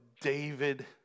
David